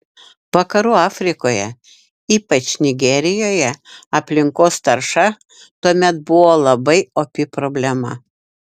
vakarų afrikoje ypač nigerijoje aplinkos tarša tuomet buvo labai opi problema